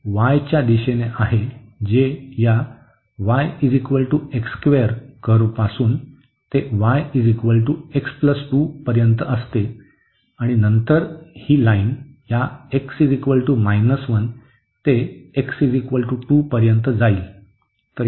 तर हे y च्या दिशेने आहे जे या y कर्व्ह पासून ते y x 2 पर्यंत असते आणि नंतर ही लाईन या x 1 ते x 2 पर्यंत जाईल